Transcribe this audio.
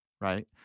right